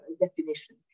definition